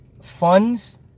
funds